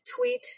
tweet